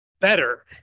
better